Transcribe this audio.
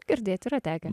girdėt yra tekę